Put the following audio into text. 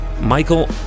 Michael